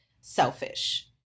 selfish